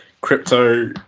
crypto